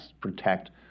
protect